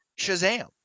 Shazam